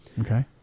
Okay